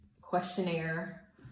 questionnaire